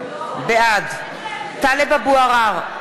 בעד טלב אבו עראר,